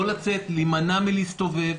לא לצאת, להימנע מלהסתובב,